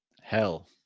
Hell